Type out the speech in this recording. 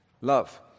love